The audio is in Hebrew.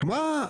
מה?